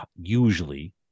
usually